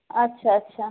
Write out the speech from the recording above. আচ্ছা আচ্ছা